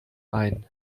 ein